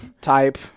type